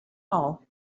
hull